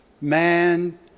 man